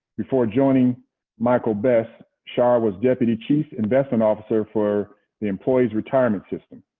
before joining michael best, shar was deputy chief investment officer for the employees retirement system